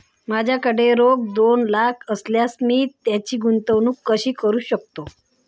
माझ्याकडे रोख दोन लाख असल्यास मी त्याची गुंतवणूक कशी करू शकतो?